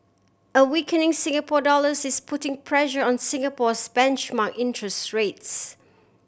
a weakening Singapore dollars is putting pressure on Singapore's benchmark interest rates